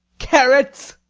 carrots!